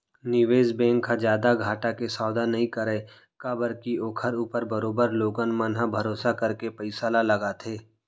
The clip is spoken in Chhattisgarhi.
निवेस बेंक ह जादा घाटा के सौदा नई करय काबर के ओखर ऊपर बरोबर लोगन मन ह भरोसा करके पइसा ल लगाथे